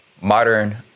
modern